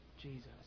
Jesus